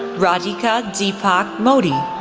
radhika deepak modi,